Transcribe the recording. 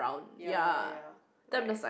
ya ya ya ya right